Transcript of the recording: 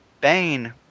Bane